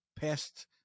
past